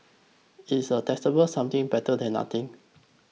is a taxable something better than nothing